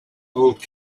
old